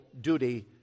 duty